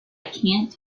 can’t